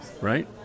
right